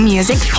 Music